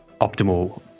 optimal